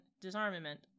disarmament